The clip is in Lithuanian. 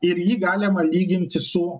ir jį galima lyginti su